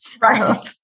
Right